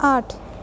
आठ